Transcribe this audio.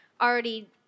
already